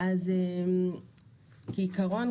כעיקרון,